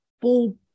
full